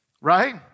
Right